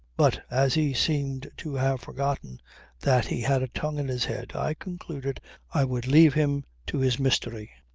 but as he seemed to have forgotten that he had a tongue in his head i concluded i would leave him to his mystery.